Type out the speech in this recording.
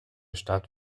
stadt